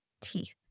teeth